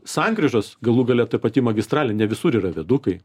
sankryžos galų gale ta pati magistralė ne visur yra viadukai